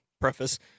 preface